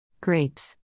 grapes